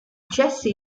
jesse